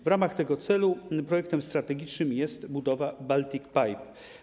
W ramach tego celu projektem strategicznym jest budowa Baltic Pipe.